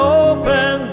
open